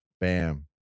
Bam